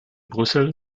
brüssel